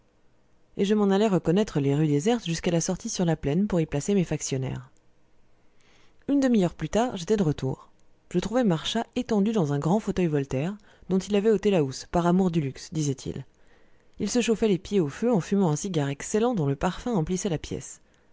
et je m'en allai reconnaître les rues désertes jusqu'à la sortie sur la plaine pour y placer mes factionnaires une demi-heure plus tard j'étais de retour je trouvai marchas étendu dans un grand fauteuil voltaire dont il avait ôté la housse par amour du luxe disait-il il se chauffait les pieds au feu en fumant un cigare excellent dont le parfum emplissait la pièce